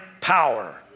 power